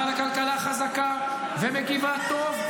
אבל הכלכלה חזקה ומגיבה טוב,